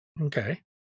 okay